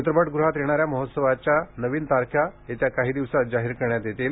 चित्रपटगृहात होणाऱ्या महोत्सवाच्या नवीन तारख्या येत्या काही दिवसात जाहीर करण्यात येतील